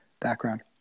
background